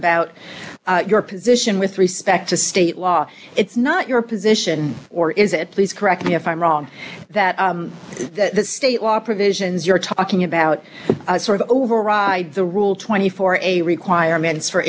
about your position with respect the state law it's not your position or is it please correct me if i'm wrong that that the state law provisions you're talking about sort of override the rule twenty four a requirements for